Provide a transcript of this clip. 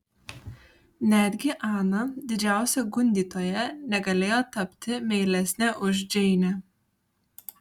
netgi ana didžiausia gundytoja negalėjo tapti meilesnė už džeinę